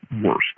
worst